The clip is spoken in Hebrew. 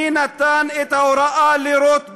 מי נתן את ההוראה לירות בי?